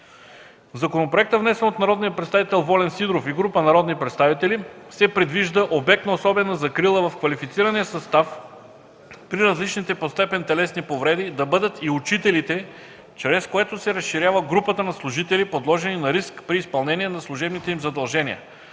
В законопроекта, внесен от народния представител Волен Сидеров и група народни представители, се предвижда обект на особена закрила в квалифицирания състав при различните по степен телесни повреди да бъдат и учителите, чрез което се разширява групата на служители, подложени на риск при изпълнение на служебните им задължения,